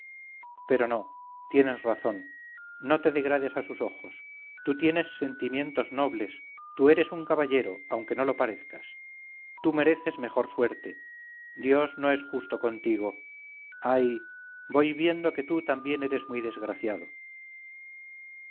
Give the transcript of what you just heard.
pero no tienes razón no te degrades a sus ojos tú tienes sentimientos nobles tú eres un caballero aunque no lo parezcas tú mereces mejor suerte dios no es justo contigo ay voy viendo que tú también eres muy desgraciado